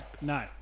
No